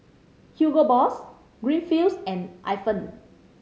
Hugo Boss Greenfields and Ifan